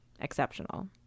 exceptional